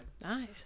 Nice